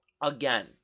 Again